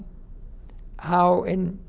how in